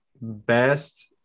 best